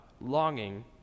longing